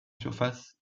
surface